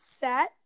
set